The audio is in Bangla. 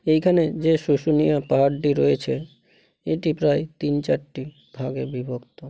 এইখানে যে শুশুনিয়া পাহাড়টি রয়েছে এটি প্রায় তিন চারটি ভাগে বিভিক্ত